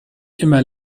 immer